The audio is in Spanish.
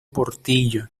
portillo